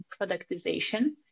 productization